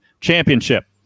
championship